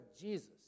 Jesus